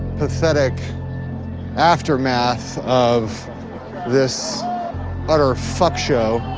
pathetic aftermath of this utter fuck show.